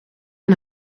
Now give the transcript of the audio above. een